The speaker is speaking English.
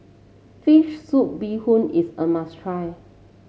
fish soup Bee Hoon is a must try